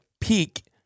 peak